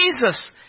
Jesus